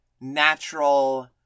natural